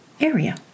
area